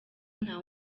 nta